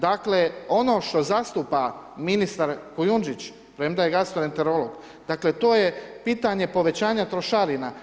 Dakle, ono što zastupa ministar Kujundžić, premda je gastroenterolog, dakle, to je pitanje povećanje trošarina.